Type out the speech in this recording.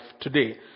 today